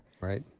Right